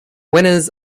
winners